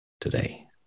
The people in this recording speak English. today